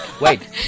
Wait